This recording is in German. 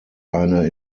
eine